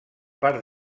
part